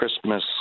Christmas